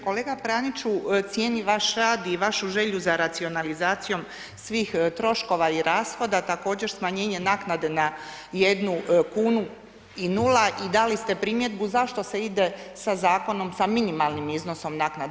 Kolega Praniću cijenim vaš rad i vašu želju za racionalizacijom svih troškova i rashoda, također smanjenje naknade na jednu kunu i nula i dali ste primjedbu zašto se ide sa zakonom sa minimalnim iznosom naknade.